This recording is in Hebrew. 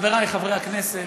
חבריי חברי הכנסת,